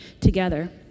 together